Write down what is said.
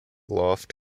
loft